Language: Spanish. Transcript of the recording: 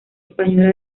española